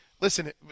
listen